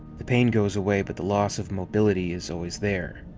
the pain goes away, but the losss of mobility is always there.